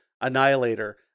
Annihilator